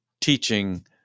teaching